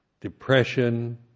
depression